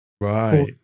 Right